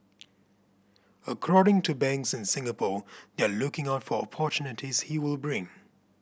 according to banks in Singapore they are looking out for opportunities he will bring